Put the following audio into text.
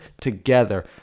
together